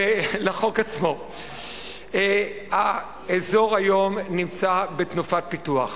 ולחוק עצמו, האזור היום נמצא בתנופת פיתוח.